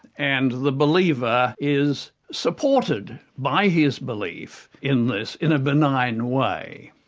and the believer is supported by his belief in this, in a benign way.